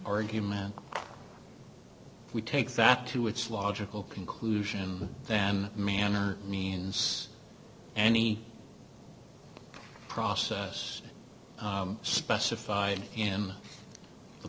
argument we take that to its logical conclusion then manner means any process specified in the